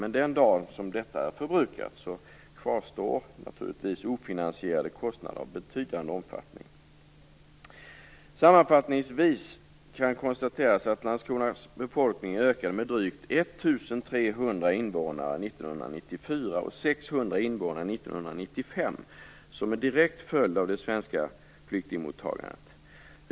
Men den dag som detta är förbrukat kvarstår ofinansierade kostnader av betydande omfattning. Sammanfattningsvis kan det konstateras att Landskronas befolkning ökade med drygt 1 300 invånare 1994 och med 600 invånare 1995, och detta som en direkt följd av det svenska flyktingmottagandet.